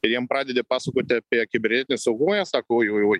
ir jiem pradedi pasakoti apie kibernetinį saugumą jie sako oi oi oi